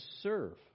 serve